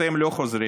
אתם לא חוזרים,